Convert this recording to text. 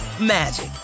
magic